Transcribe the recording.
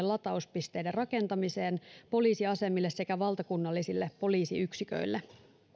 latauspisteiden rakentamiseen poliisiasemille sekä valtakunnallisille poliisiyksiköille